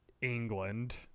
England